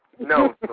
No